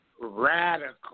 radical